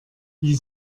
wie